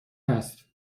هست